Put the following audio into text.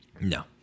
No